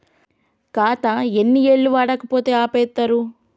ఖాతా ఎన్ని ఏళ్లు వాడకపోతే ఆపేత్తరు?